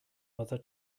mother